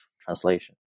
translation